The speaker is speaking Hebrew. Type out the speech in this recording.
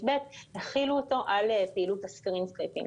אני רוצה לומר שאנחנו רואים חשיבות בסוכנות לעסקים קטנים,